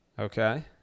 Okay